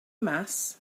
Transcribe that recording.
mass